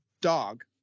Dog